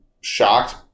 shocked